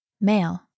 male